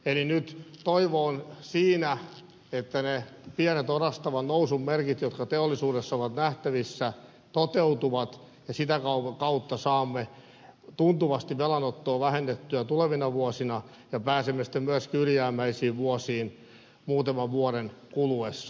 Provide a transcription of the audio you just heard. eli nyt toivo on siinä että ne pienet orastavat nousun merkit jotka teollisuudessa ovat nähtävissä toteutuvat ja sitä kautta saamme tuntuvasti velanottoa vähennettyä tulevina vuosina ja pääsemme sitten myöskin ylijäämäisiin vuosiin muutaman vuoden kuluessa